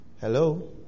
Hello